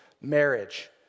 marriage